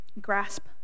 grasp